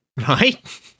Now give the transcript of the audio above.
Right